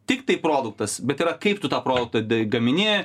tiktai produktas bet yra kaip tu tą produktą da gamini